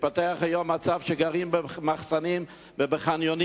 מתפתח היום מצב שגרים במחסנים ובחניונים.